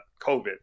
COVID